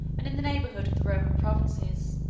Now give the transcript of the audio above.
and in the neighborhood of the roman provinces,